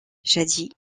jadis